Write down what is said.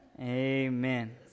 Amen